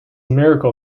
miracle